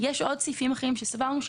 יש סעיפים אחרים שסברנו,